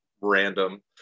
random